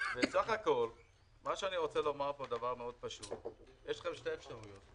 מה שאני רוצה לומר פה, יש לכם שתי אפשרויות,